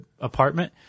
apartment